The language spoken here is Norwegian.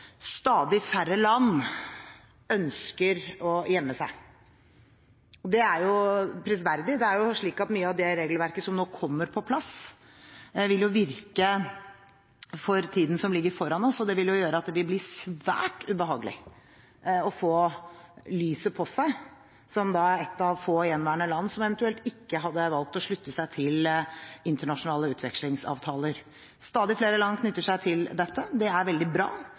stadig færre land ønsker å gjemme seg. Og det er prisverdig. Mye av det regelverket som nå kommer på plass, vil virke for tiden som ligger foran oss, og det vil gjøre at det vil bli svært ubehagelig å få lyset på seg som ett av få gjenværende land som eventuelt